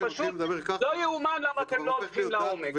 לא יאומן למה אתם לא הולכים לעומק.